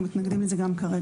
אנחנו מתנגדים לזה גם כרגע.